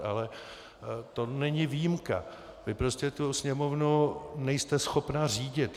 Ale to není výjimka, vy prostě tu Sněmovnu nejste schopna řídit.